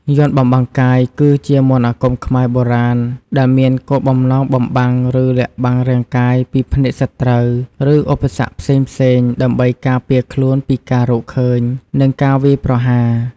យ័ន្តបំបាំងកាយ គឺជាមន្តអាគមខ្មែរបុរាណដែលមានគោលបំណងបំបាំង ឬលាក់បាំងរាងកាយពីភ្នែកសត្រូវ ឬឧបសគ្គផ្សេងៗ ដើម្បីការពារខ្លួនពីការរកឃើញ និងការវាយប្រហារ។